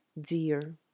dear